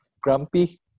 grumpy